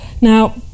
Now